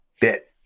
bit